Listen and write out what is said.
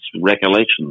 recollections